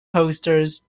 posters